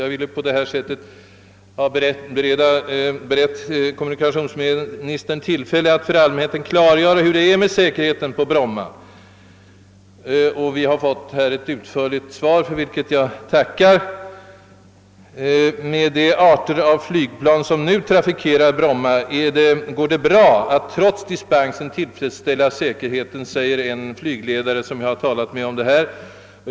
Jag ville på detta sätt bereda kommunikationsministern tillfälle att för allmänheten klargöra hur det är med säkerheten på Bromma. Vi har fått ett utförligt svar, för vilket jag tackar. Med de typer av flygplan, som nu trafikerar Bromma, går det bra att trots »dispensen» tillfredsställa säkerheten, säger en flygledare som jag har talat med.